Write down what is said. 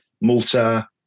Malta